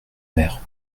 maires